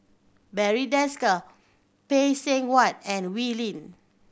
Barry Desker Phay Seng Whatt and Wee Lin